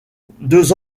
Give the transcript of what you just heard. deux